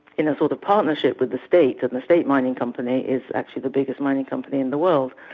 in a sort of partnership with the state, and the state mining company is actually the biggest mining company in the world.